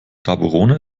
gaborone